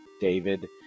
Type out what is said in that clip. David